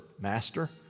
master